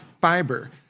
fiber